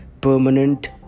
permanent